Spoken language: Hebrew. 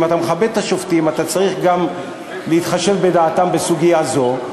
ואם אתה מכבד את השופטים אתה צריך גם להתחשב בדעתם בסוגיה זאת,